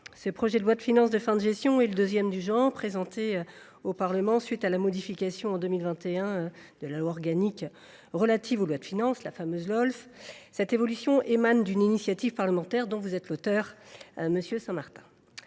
ce projet de loi de finances de fin de gestion est le deuxième du genre présenté au Parlement, à la suite de la modification en 2021 de la fameuse loi organique relative aux lois de finances. Cette évolution émane d’une initiative parlementaire dont vous êtes l’auteur, monsieur Saint Martin.